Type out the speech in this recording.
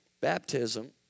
baptism